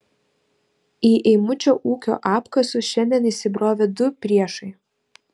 į eimučio ūkio apkasus šiandien įsibrovė du priešai